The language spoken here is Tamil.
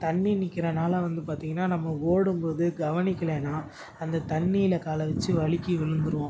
தண்ணி நிற்கறனால வந்து பார்த்தீங்கன்னா நம்ம ஓடும் போது கவனிக்கலைன்னா அந்த தண்ணியில் காலை வெச்சு வழுக்கி விழுந்துருவோம்